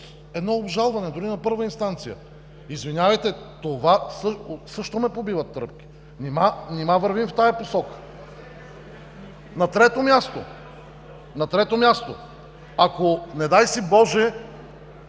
едно обжалване, дори на първа инстанция. Извинявайте, от това също ме побиват тръпки. Нима вървим в тази посока? На трето място, ако, не дай си Боже,